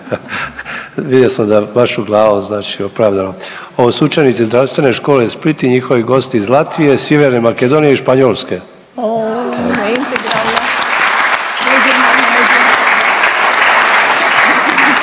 Vidio sam da, vašu glavu, znači opravdano. Ovo su učenici Zdravstvene škole Split i njihovi gosti iz Latvije, Sjeverne Makedonije i Španjolske. /Pljesak./ Sljedeća